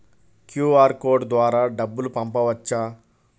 QR code ద్వారా డబ్బులు పంపవచ్చా?